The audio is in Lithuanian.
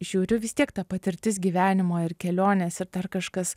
žiūriu vis tiek ta patirtis gyvenimo ir kelionės ir dar kažkas